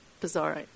bizarre